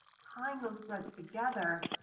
tying those threads together,